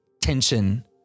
tension